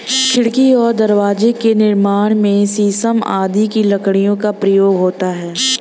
खिड़की और दरवाजे के निर्माण में शीशम आदि की लकड़ी का प्रयोग होता है